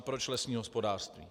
Proč lesní hospodářství?